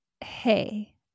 hey